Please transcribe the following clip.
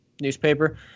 newspaper